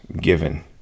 given